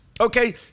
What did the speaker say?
Okay